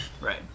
Right